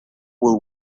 will